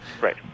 Right